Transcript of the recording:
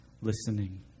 listening